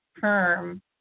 term